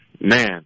Man